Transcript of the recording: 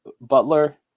Butler